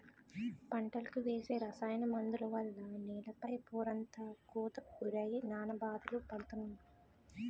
పంటలకు వేసే రసాయన మందుల వల్ల నేల పై పొరంతా కోతకు గురై నానా బాధలు పడుతున్నాం